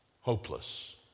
hopeless